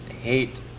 hate